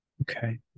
Okay